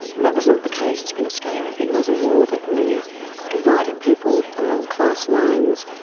that was not the case in australia, it was a war that really divided people along class lines,